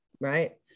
Right